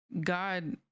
God